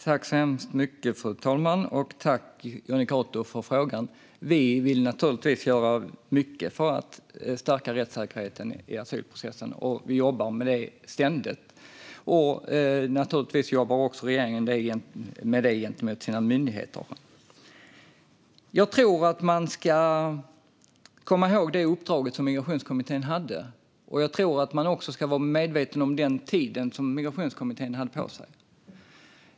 Fru talman! Tack, Jonny Cato, för frågan! Vi vill göra mycket för att stärka rättssäkerheten i asylprocessen och jobbar ständigt med det. Regeringen jobbar naturligtvis också med det gentemot sina myndigheter. Jag tror att man ska komma ihåg det uppdrag som Migrationskommittén hade. Jag tror också att man ska vara medveten om den tid Migrationskommittén hade på sig.